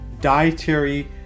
dietary